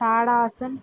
tadasana